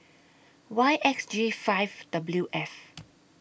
Y X G five W F